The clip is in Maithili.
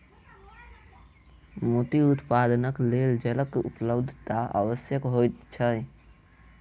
मोती उत्पादनक लेल जलक उपलब्धता आवश्यक होइत छै